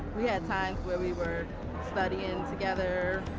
we had times where we were studying together.